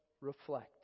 reflect